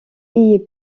ayez